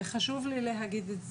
חשוב לי להגיד את זה,